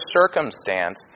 circumstance